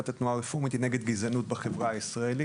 התנועה הרפורמית הוא נגד הגזענות בחברה הישראלית.